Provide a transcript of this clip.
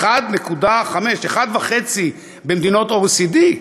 1.5% במדינות OECD,